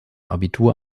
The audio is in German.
abitur